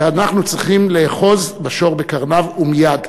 ואנחנו צריכים לאחוז בשור בקרניו ומייד.